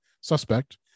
suspect